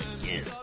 again